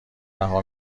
رها